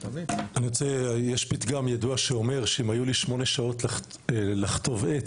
יש פתגם ידוע שאומר: "אם היו לי שמונה שעות לחטוב עץ,